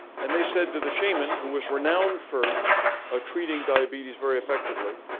and they said to the shaman, who was renowned for ah treating diabetes very effectively.